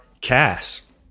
Cass